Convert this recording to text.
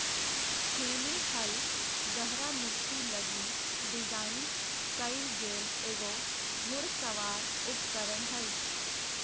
छेनी हल गहरा मिट्टी लगी डिज़ाइन कइल गेल एगो घुड़सवार उपकरण हइ